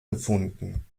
gefunden